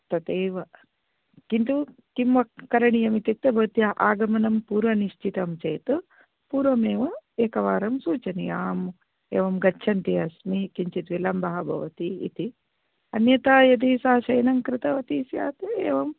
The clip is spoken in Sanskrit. तदेव किन्तु किं करणीयम् इत्युक्ते भवत्याः आगमनं पूवं निश्चितं चेत् पूर्वमेव एकवारं सूचनीयम् एवं गच्छन्ती अस्मि किञ्चित् विलम्बः भवति इति अन्यथा यदि सा शयनं कृतवती स्यात् एवम्